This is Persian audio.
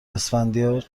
اسفندیار